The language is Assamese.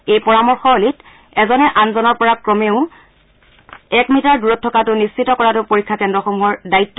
এই পৰামৰ্ণৱলীত এজনে আনজনৰ পৰা কমেও এক মিটাৰ দূৰত থকাটো নিশ্চিত কৰাটো পৰীক্ষা কেন্দ্ৰসমূহৰ দায়িত্ব